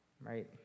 right